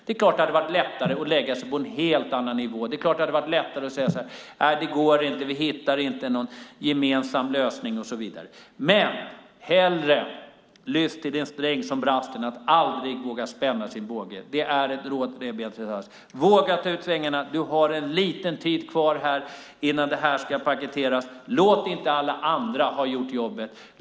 Det är klart att det hade varit lättare att lägga sig på en helt annan nivå. Det är klart att det hade varit lättare att säga: Nej, det går inte, vi hittar inte någon gemensam lösning och så vidare. "Bättre lyss till den sträng som brast än att aldrig spänna en båge." Det är ett råd till dig, Beatrice Ask. Våga ta ut svängarna! Du har en liten tid kvar innan det här ska paketeras. Låt inte alla andra ha gjort jobbet!